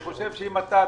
אני חושב שאם אתה,